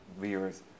viewers